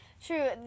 True